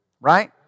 Right